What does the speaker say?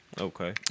Okay